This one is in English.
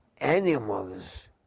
animals